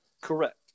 Correct